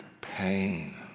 pain